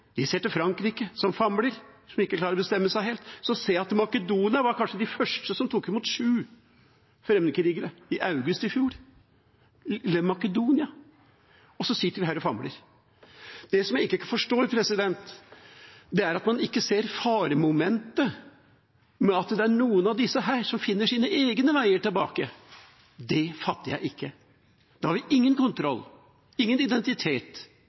De ser til Frankrike, som famler, som ikke klarer å bestemme seg helt. Jeg ser at Makedonia kanskje var de første som tok imot sju fremmedkrigere, i august i fjor – lille Makedonia – og så sitter vi her og famler. Det jeg ikke forstår, er at man ikke ser faremomentet ved at det er noen av disse som finner sin egne veier tilbake. Det fatter jeg ikke. Da har vi ingen kontroll, ingen identitet.